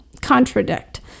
contradict